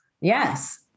yes